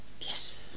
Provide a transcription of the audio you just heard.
Yes